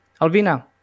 Alvina